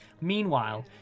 Meanwhile